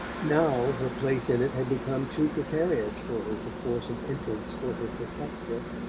now her place in it had become too precarious for her to force an entrance for her protectress.